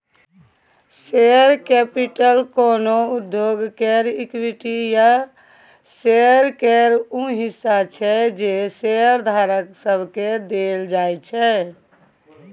share capital कोनो उद्योग केर इक्विटी या शेयर केर ऊ हिस्सा छै जे शेयरधारक सबके देल जाइ छै